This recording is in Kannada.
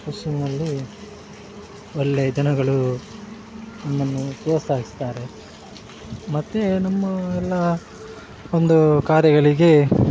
ಖುಷಿಯಲ್ಲಿ ಒಳ್ಳೆ ಜನಗಳು ನಮ್ಮನ್ನು ಪ್ರೋತ್ಸಾಹಿಸ್ತಾರೆ ಮತ್ತೆ ನಮ್ಮ ಎಲ್ಲ ಒಂದು ಕಾರ್ಯಗಳಿಗೆ